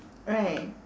right